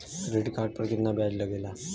Credit card पर कितना ब्याज लगेला?